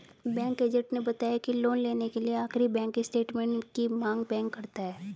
bank agent ने बताया की लोन लेने के लिए आखिरी बैंक स्टेटमेंट की मांग बैंक करता है